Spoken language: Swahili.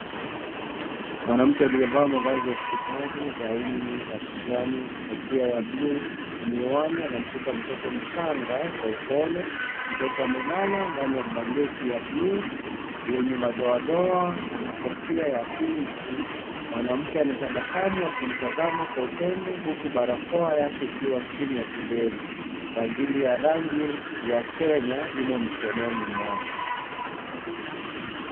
Mwanamke aliyevaa mavazi ya hospitali, gauni la kijani, kofia ya bluu na miwani, anamshika mtoto mchanga kwa upole. Mtoto amelala ndani ya blanketi ya bluu lenye madoadoa ana kofia ya pinki , mwanamke anatabasamu akimtazama kwa upendo huku barakoa yake ikiwa chini ya kidevu, bangili ya rangi ya kenya imo mikononi mwake.